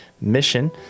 Mission